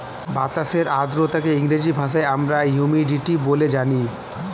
বাতাসের আর্দ্রতাকে ইংরেজি ভাষায় আমরা হিউমিডিটি বলে জানি